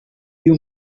you